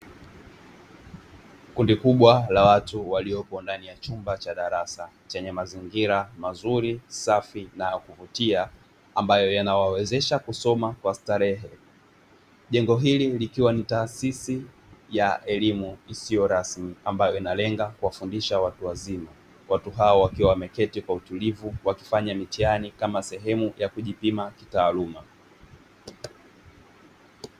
Kundi kubwa la watu waliopo ndani ya chumba cha darasa chenye mazingira mazuri safi na kuvutia ambayo yanawawezesha kusoma kwa starehe. Jengo hili likiwa ni taasisi ya elimu isiyo rasmi ambayo inalenga kuwafundisha watu wazima watu hao wakiwa wameketi kwa utulivu wakifanya mitihani kama sehemu ya kujipima kitaaluma.